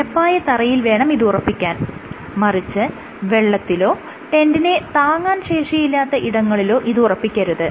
നിരപ്പായ തറയിൽ വേണം ഇത് ഉറപ്പിക്കാൻ മറിച്ച് വെള്ളത്തിലോ ടെന്റിനെ താങ്ങാൻ ശേഷിയില്ലാത്ത ഇടങ്ങളിലോ ഇത് ഉറപ്പിക്കരുത്